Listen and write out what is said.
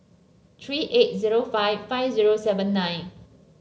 three eight zero five five zero seven nine